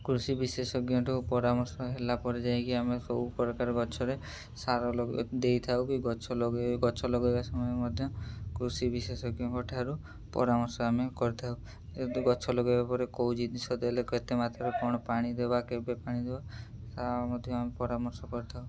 କୃଷି ବିଶେଷଜ୍ଞଠୁ ପରାମର୍ଶ ହେଲା ପରେ ଯାଇକି ଆମେ ସବୁ ପ୍ରକାର ଗଛରେ ସାର ଦେଇଥାଉ କି ଗଛ ଲଗାଇ ଗଛ ଲଗାଇବା ସମୟରେ ମଧ୍ୟ କୃଷି ବିଶେଷଜ୍ଞଙ୍କଠାରୁ ପରାମର୍ଶ ଆମେ କରିଥାଉ ଯଦି ଗଛ ଲଗାଇବା ପରେ କେଉଁ ଜିନିଷ ଦେଲେ କେତେ ମାତ୍ରାରେ କ'ଣ ପାଣି ଦବା କେବେ ପାଣି ଦବା ତାହା ମଧ୍ୟ ଆମେ ପରାମର୍ଶ କରିଥାଉ